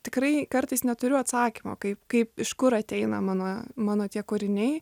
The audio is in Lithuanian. tikrai kartais neturiu atsakymo kaip kaip iš kur ateina mano mano tie kūriniai